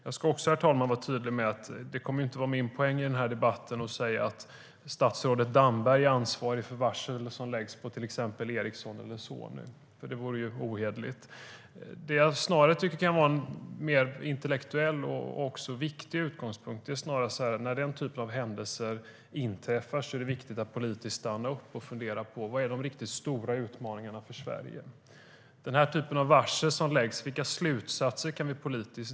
Jag ska också, herr talman, vara tydlig med att det inte kommer att vara min poäng i den här debatten att säga: Statsrådet Damberg är ansvarig för varsel som läggs av till exempel Ericsson eller Sony. Det vore nämligen ohederligt. Jag tycker att det finns något som kan vara en mer intellektuell och viktig utgångspunkt. När den här typen av händelser inträffar är det viktigt att politiskt stanna upp och fundera på: Vilka är de riktigt stora utmaningarna för Sverige? Vilka slutsatser kan vi politiskt dra av den här typen av varsel?